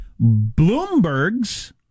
Bloomberg's